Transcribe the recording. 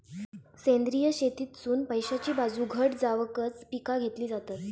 सेंद्रिय शेतीतसुन पैशाची बाजू घट जावकच पिका घेतली जातत